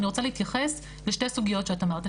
אני רוצה להתייחס לשתי סוגיות שאת אמרת,